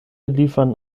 liefern